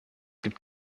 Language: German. gibt